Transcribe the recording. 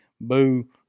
Boo